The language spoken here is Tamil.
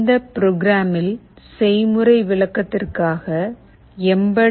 இந்த ப்ரோக்ராம்மில் செய்முறை விளக்கத்திற்காக எம்பெட்